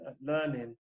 learning